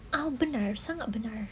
uh penting sangat penting